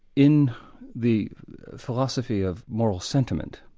in the philosophy of moral sentiment,